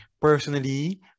personally